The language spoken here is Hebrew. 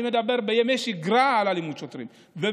אני מדבר על אלימות שוטרים בימי שגרה,